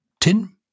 Tin